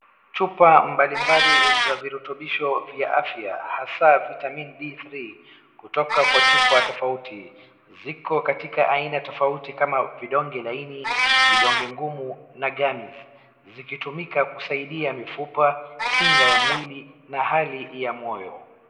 Chupa mbalimbali za virutubisho vya afya, hasa Vitamin D3 kutoka kwa chupa tofauti. Ziko katika aina tofauti, kama vidonge laini, vidonge ngumu, na gamz, vikitumika kusaidia mifupa, kinga ya mwili, na hali ya moyo.